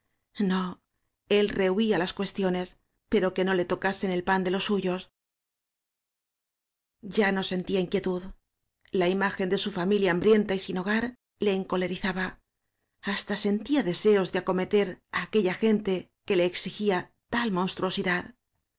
no el rehuía las cuestiones pero que no le tocasen el pan de los suyos ya no sentía inquietud la imagen de su familia hambrienta y sin hogar le encolerizaba hasta sentía deseos de acometer á aquella gen te que le exigía tal monstruosidad